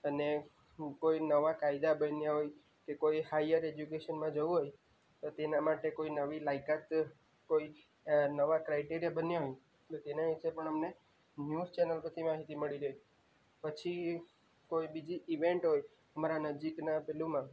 અને કોઈ નવા કાયદા બન્યા હોય કે કોઈ હાઇયર એજ્યુકેશનમાં જવું હોય તેના માટે કોઈ નવી લાયકાત કોઈ નવા ક્રાઇટેરિયા બન્યા હોય તો તેના વિશે પણ અમને ન્યૂઝ ચેનલ પરથી માહિતી મળી રહે પછી એ કોઈ બીજી ઈવેન્ટ હોય અમારા નજીકના ફિલ્ડમાં